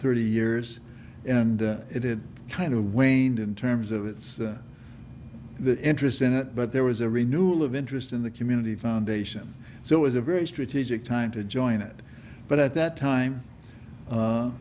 thirty years and it had kind of waned in terms of its interest in it but there was a renewal of interest in the community foundation so it was a very strategic time to join it but at that time